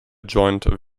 joint